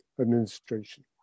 administration